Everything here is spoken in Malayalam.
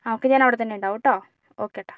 ഓക്കേ ഞാൻ അവിടെ തന്നെ ഉണ്ടാകും കെട്ടോ ഒക്കെ ഏട്ടാ